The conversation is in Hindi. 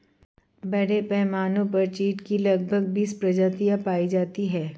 बड़े पैमाने पर चीढ की लगभग बीस प्रजातियां पाई जाती है